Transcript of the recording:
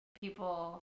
people